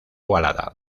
ovalada